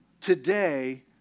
today